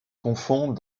confond